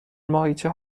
ماهیچه